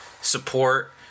support